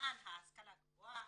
למען ההשכלה הגבוהה